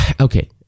okay